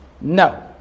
No